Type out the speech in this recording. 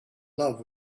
love